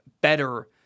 better